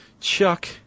chuck